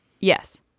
Yes